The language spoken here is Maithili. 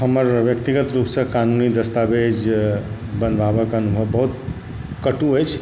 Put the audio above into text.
हमर व्यक्तिगत रूपसॅं कानूनी दस्तावेज बनबाबक अनुभव बहुत कटु अछि